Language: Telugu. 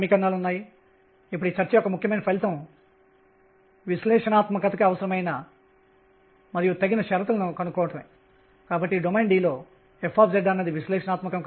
కాబట్టి ఇప్పుడు 2 క్వాంటం సంఖ్యలు nrమరియు n లను కలిగి ఉంటాం